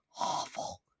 awful